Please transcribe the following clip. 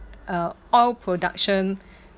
uh oil production